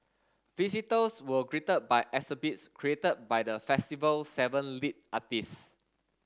visitors were greeted by exhibits created by the festival's seven lead artists